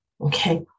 Okay